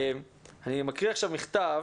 אני מקריא מכתב: